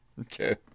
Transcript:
Okay